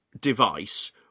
device